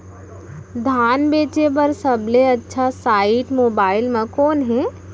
धान बेचे बर सबले अच्छा साइट मोबाइल म कोन हे?